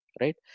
right